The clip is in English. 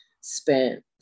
spent